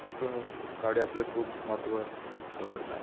हितूंत गाडी आपलें महत्व दवरता